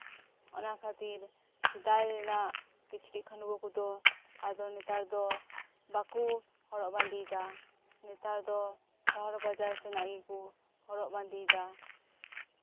ᱚᱱᱟ ᱠᱷᱟᱹᱛᱤᱨ ᱥᱮᱫᱟᱭ ᱨᱮᱱᱟᱜ ᱠᱤᱪᱨᱤᱡ ᱠᱷᱟᱹᱰᱣᱟᱹᱜ ᱠᱚᱫᱚ ᱟᱫᱚ ᱱᱮᱛᱟᱨ ᱫᱚ ᱵᱟᱠᱚ ᱦᱚᱨᱚᱜ ᱵᱟᱸᱫᱮᱭᱮᱫᱟ ᱱᱮᱛᱟᱨ ᱫᱚ ᱥᱚᱦᱚᱨ ᱵᱟᱡᱟᱨ ᱥᱮᱱᱟᱜ ᱜᱮᱠᱚ ᱦᱚᱨᱚᱜ ᱵᱟᱸᱫᱮ ᱭᱮᱫᱟ